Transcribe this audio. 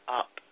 up